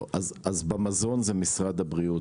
במזון זה משרד הבריאות